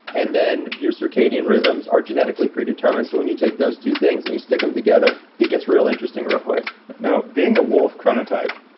and then your circadian rhythms are genetically predetermined. so, when you take those two things and you stick them together, it gets real interesting real quick now, being a wolf chronotype,